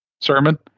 sermon